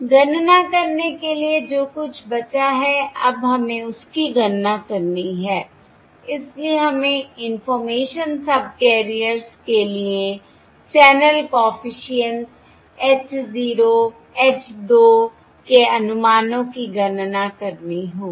गणना करने के लिए जो कुछ बचा है अब हमें उसकी गणना करनी है इसलिए हमें इंफॉर्मेशन सबकैरियर्स के लिए चैनल कॉफिशिएंट्स H 0 H 2 के अनुमानों की गणना करनी होगी